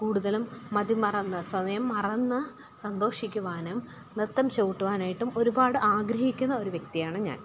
കൂടുതലും മതി മറന്ന് സ്വയം മറന്നു സന്തോഷിക്കുവാനും നൃത്തം ചവിട്ടുവാനായിട്ടും ഒരുപാട് ആഗ്രഹിക്കുന്ന ഒരു വ്യക്തിയാണ് ഞാൻ